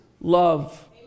love